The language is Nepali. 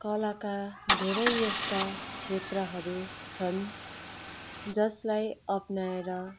कलाका धेरै यस्ता क्षेत्रहरू छन् जसलाई अप्नाएर